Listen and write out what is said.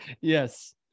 yes